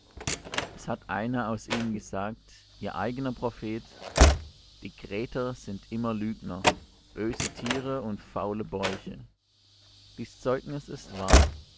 es hat einer aus ihnen gesagt ihr eigener prophet die kreter sind immer lügner böse tiere und faule bäuche dies zeugnis ist wahr